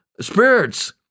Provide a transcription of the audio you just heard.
spirits